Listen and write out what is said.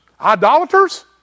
idolaters